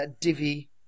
divvy